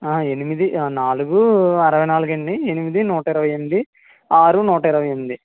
ఎనిమిది నాలుగు అరవై నాలుగు అండి ఎనిమిది నూట ఇరవై ఎనిమిది ఆరు నూట ఇరవై ఎనిమిది